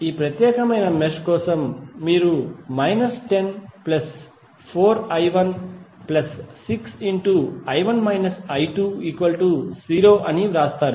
ఈ ప్రత్యేకమైన మెష్ కోసం మీరు మైనస్ 104i160అని వ్రాస్తారు